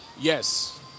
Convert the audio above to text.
Yes